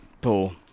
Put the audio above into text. Paul